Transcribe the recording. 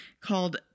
called